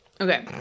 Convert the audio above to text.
okay